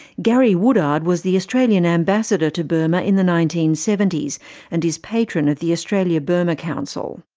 garry woodard was the australian ambassador to burma in the nineteen seventy s and is patron of the australia-burma council.